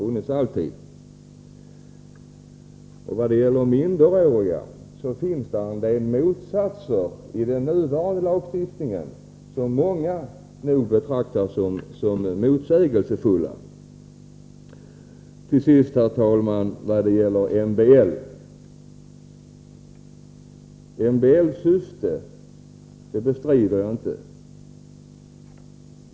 Vad det gäller bestämmel serna för minderåriga finns det i den nuvarande lagstiftningen en del föreskrifter som många betraktar som motsägelsefulla. Till sist, herr talman, några ord om MBL. Jag bestrider inte syftet med MBL.